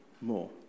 more